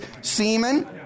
semen